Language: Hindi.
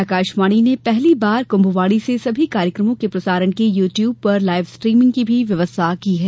आकाशवाणी ने पहली बार कुम्भवाणी से सभी कार्यक्रमों के प्रसारण की यू ट्यूब पर लाइव स्ट्रीमिंग की भी व्यवस्था की है